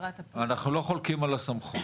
שרת הפנים --- אנחנו לא חולקים על הסמכות,